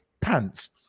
pants